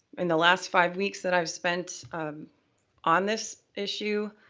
in the last five weeks that i've spent on this issue.